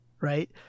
right